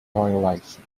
violation